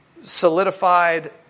solidified